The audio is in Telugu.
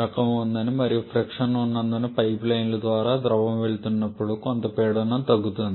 రకం ఉంటుంది మరియు ఫ్రిక్షన్ ఉన్నందున పైపు లైన్ల ద్వారా ద్రవం వెళుతున్నప్పుడు కొంత పీడనం తగ్గుతుంది